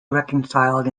reconciled